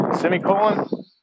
semicolon